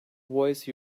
voice